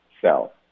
sell